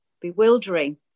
bewildering